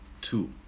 two